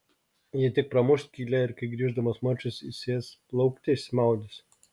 ji tik pramuš skylę ir kai grįždamas marčius įsės plaukti išsimaudys